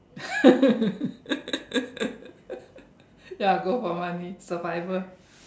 ya go for money survival